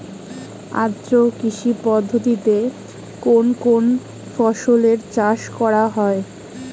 আদ্র কৃষি পদ্ধতিতে কোন কোন ফসলের চাষ করা হয়?